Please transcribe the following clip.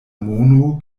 mono